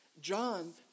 John